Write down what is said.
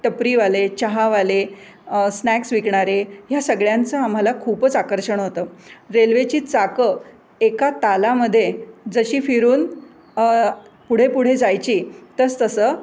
टपरीवाले चहावाले स्नॅक्स विकणारे ह्या सगळ्यांचं आम्हाला खूपच आकर्षण होतं रेल्वेची चाकं एका तालामधे जशी फिरून पुढे पुढे जायची तसं तसं